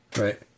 Right